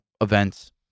events